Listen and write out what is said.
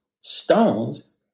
stones